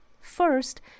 First